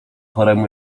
haremu